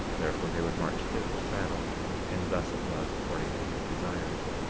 therefore they would march thither to battle and thus it was according to his desires.